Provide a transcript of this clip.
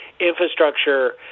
infrastructure